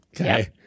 okay